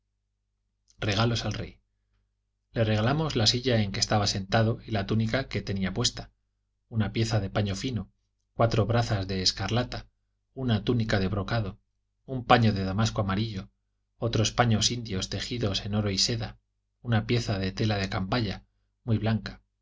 regalos al rey le regalamos la silla en que estaba sentado y la túnica que tenía puesta una pieza de paño fino cuatro brazas de escarlata una túnica de brocado un paño de damasco amarillo otros paños indios tejidos en oro y seda una pieza de tela de cambaya muy blanca